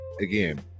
again